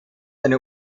eine